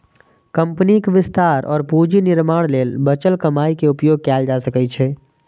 कंपनीक विस्तार और पूंजी निर्माण लेल बचल कमाइ के उपयोग कैल जा सकै छै